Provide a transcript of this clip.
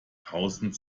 tausend